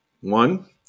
One